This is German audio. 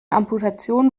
amputation